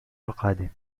القادم